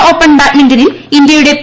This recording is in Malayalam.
കാനഡ ഓപ്പൺ ബാഡ്മിന്റണിൽ ഇന്ത്യയുടെ പി